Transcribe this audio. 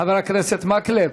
חבר הכנסת מקלב,